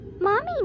Mommy